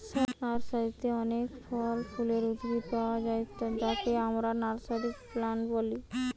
নার্সারিতে অনেক ফল ফুলের উদ্ভিদ পায়া যায় যাকে আমরা নার্সারি প্লান্ট বলি